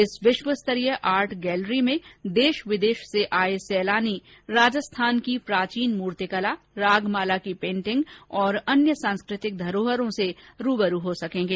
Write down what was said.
इस विश्वस्तरीय art gallery में देश विदेश से आये सैलानी राजस्थान की प्राचीन मूर्तिकला रागमाला की पेंन्टिंग तथा अन्य सांस्कृतिक धरोहरों से रूबरू हो सकेंगे